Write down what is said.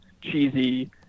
cheesy